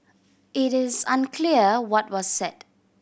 it is unclear what was said